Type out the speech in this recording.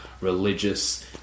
Religious